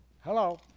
Hello